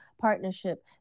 partnership